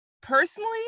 personally